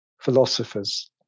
philosophers